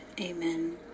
Amen